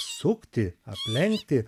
sukti aplenkti